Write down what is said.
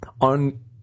On